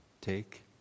take